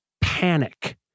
panic